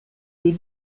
des